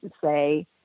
say